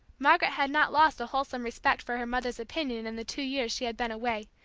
margaret had not lost a wholesome respect for her mother's opinion in the two years she had been away,